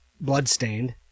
Bloodstained